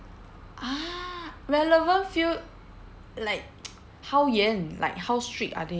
ah relevant field like how 严 like how strict are they